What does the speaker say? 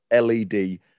LED